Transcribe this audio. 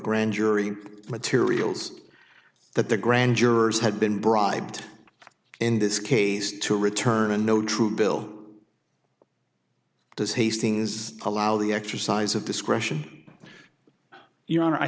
grand jury materials that the grand jurors had been bribed in this case to return a no true bill does hastings allow the exercise of discretion your honor i